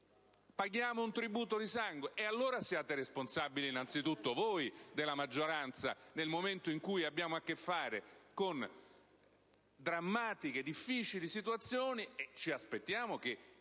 Paghiamo un tributo di sangue. E allora siate responsabili innanzitutto voi della maggioranza: nel momento in cui abbiamo a che fare con drammatiche, difficili situazioni, ci aspettiamo che